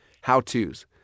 How-tos